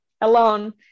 alone